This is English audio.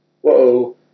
whoa